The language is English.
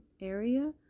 area